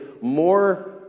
more